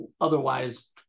otherwise